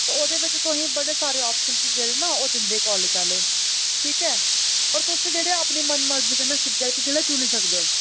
ओह्दे बिच तुसें बड़े सारे आप्शन जेह्ड़े ना ओह् दिंदे कालेज आह्ले ठीक ऐ पर तुस जेह्ड़े अपने मनमर्जी कन्नै सब्जैक्ट जेह्ड़े चुनी सकदे ओ